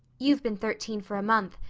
you've been thirteen for a month,